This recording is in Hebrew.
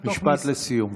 משפט לסיום,